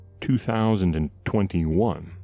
2021